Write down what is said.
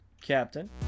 Captain